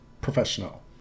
professional